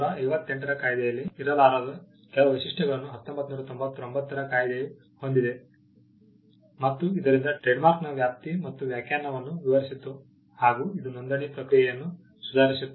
1958 ರ ಕಾಯಿದೆಯಲ್ಲಿ ಇರಲಾರದ ಕೆಲವು ವೈಶಿಷ್ಟ್ಯಗಳನ್ನು 1999 ರ ಕಾಯಿದೆಯು ಹೊಂದಿದೆ ಮತ್ತು ಇದರಿಂದ ಟ್ರೇಡ್ಮಾರ್ಕ್ನ ವ್ಯಾಪ್ತಿ ಮತ್ತು ವ್ಯಾಖ್ಯಾನವನ್ನು ವಿಸ್ತರಿಸಿತು ಹಾಗೂ ಇದು ನೋಂದಣಿ ಪ್ರಕ್ರಿಯೆಯನ್ನು ಸುಧಾರಿಸಿತು